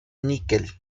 níquel